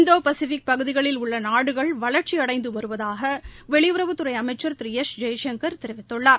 இந்தோ Pacific பகுதிகளில் உள்ள நாடுகள் வளர்ச்சியடைந்து வருவதாக வெளியுறவுத்துறை அமைச்சர் திரு எஸ் ஜெய்சங்கர் தெரிவித்துள்ளார்